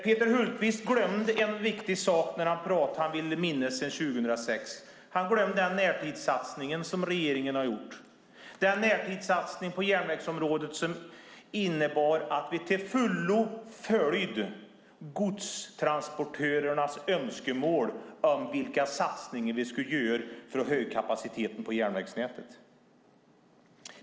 Peter Hultqvist glömde en viktig sak när han pratade om tiden sedan 2006. Han glömde den närtidssatsning som regeringen har gjort, den närtidssatsning på järnvägsområdet som innebar att vi till fullo följde godstransportörernas önskemål om vilka satsningar vi skulle göra för att höja kapaciteten på järnvägsnätet.